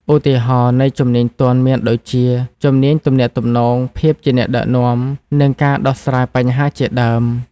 ឧទាហរណ៍នៃជំនាញទន់មានដូចជា ជំនាញទំនាក់ទំនង ភាពជាអ្នកដឹកនាំ និងការដោះស្រាយបញ្ហាជាដើម។